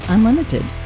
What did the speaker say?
Unlimited